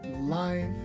Life